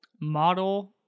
model